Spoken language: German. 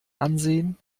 ansehen